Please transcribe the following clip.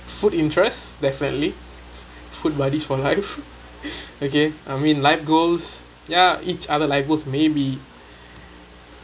food interest definitely food buddies for life okay I mean life goals ya each other life goals maybe